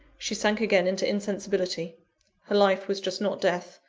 she sank again into insensibility her life was just not death,